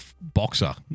boxer